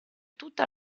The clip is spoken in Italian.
tutta